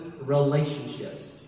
relationships